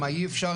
מה אי אפשר,